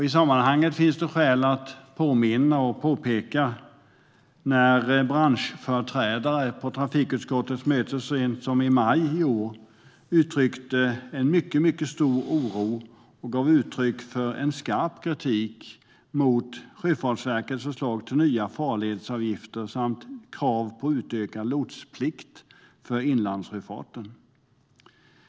I sammanhanget finns det skäl att påminna om och påpeka att branschföreträdare på trafikutskottets möte så sent som i maj i år utryckte mycket stor oro och skarp kritik mot Sjöfartsverkets förslag till nya farledsavgifter samt krav på utökad lotsplikt för inlandssjöfarten.